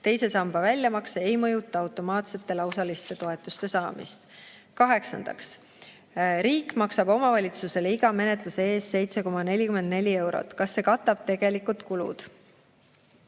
Teise samba väljamakse ei mõjuta automaatsete lausaliste toetuste saamist. Kaheksandaks: "Riik maksab kohalikule omavalitsusele iga menetluse eest 7,44 eurot. Kas see katab nende tegelikud kulud?"